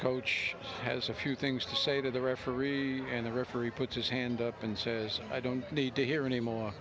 coach has a few things to say to the ref re and the referee puts his hand up and says i don't need to hear any more